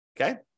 okay